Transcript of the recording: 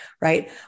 right